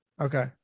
Okay